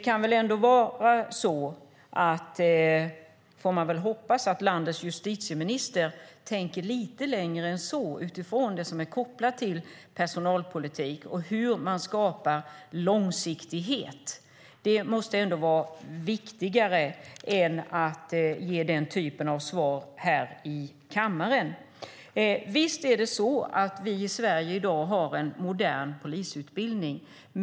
Man får väl hoppas att landets justitieminister tänker lite längre än så utifrån det som är kopplat till personalpolitik och hur man skapar långsiktighet. Det måste ändå vara viktigare än att ge den typen av svar här i kammaren. Visst har vi i Sverige i dag en modern polisutbildning.